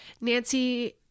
nancy